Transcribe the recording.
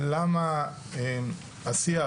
למה השיח,